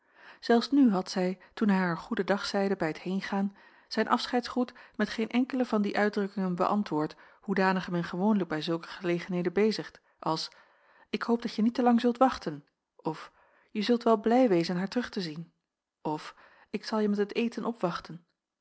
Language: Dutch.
zelfs nu had zij toen hij haar goeden dag zeide bij t heengaan zijn afscheidsgroet met geene enkele van die uitdrukkingen beäntwoord hoedanige men gewoonlijk bij zulke gelegenheden bezigt als ik hoop dat je niet te lang zult wachten of je zult wel blij wezen haar terug te zien of ik zal je met het eten opwachten